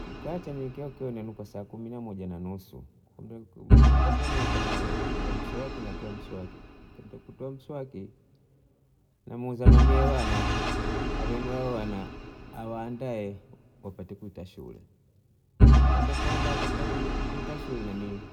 Kukacha keo keo kuinuka saa kumi na moja na nusu nikuduka napiga mswaki na toa mswaki kutoa mswaki na muuza mamie bana awenu awana awaandae wapate kwenda shule kamwenda kuwaanda kamwenda kwenda shule na mie